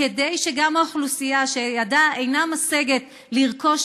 כדי שגם האוכלוסייה שידה אינה משגת לרכוש